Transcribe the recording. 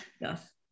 yes